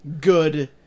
good